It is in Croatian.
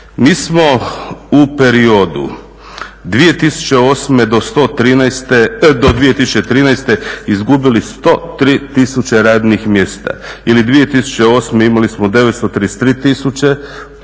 Mi smo u periodu 2008. do 2013. izgubili 103 000 radnih mjesta ili 2008. imali smo 933 000,